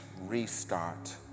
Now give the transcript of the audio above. restart